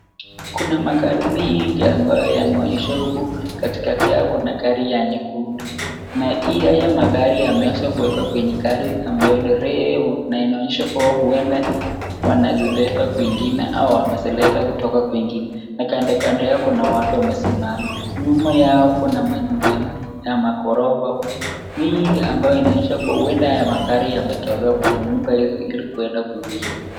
Kuna magari mingi ambayo yameonyeshwa, huku katikati yao kuna gari ya nyekundu na haya magari yameweza kuekwa kwenye gari ambayo ni refu na inaonyesha kuwa huenda wanazibeba kwingine au wamezileta kutoka kwingine, na kando kando yao kuna watu wamesimama. Nyuma yao kuna manyumba ya maghorofa mingi ambayo inaonyesha kuwa huenda haya magari yametolewa kwenye nyumba hizi ili kuenda kuuzwa.